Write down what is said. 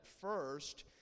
First